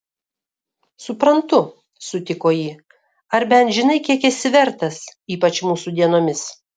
suprantu sutiko ji ar bent žinai kiek esi vertas ypač mūsų dienomis